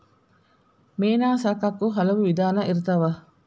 ಮೇನಾ ಸಾಕಾಕು ಹಲವು ವಿಧಾನಾ ಇರ್ತಾವ